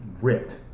ripped